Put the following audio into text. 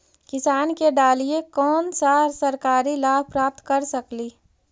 किसान के डालीय कोन सा सरकरी लाभ प्राप्त कर सकली?